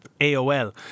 AOL